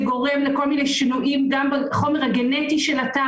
שזה גורם לכל מיני שינויים בחומר הגנטי של התא